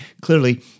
clearly